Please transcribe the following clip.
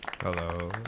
Hello